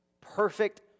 Perfect